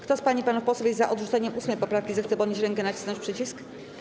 Kto z pań i panów posłów jest za odrzuceniem 8. poprawki, zechce podnieść rękę i nacisnąć przycisk.